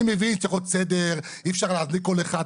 אני מבין שצריך להיות סדר, אי אפשר להזניק כל אחד.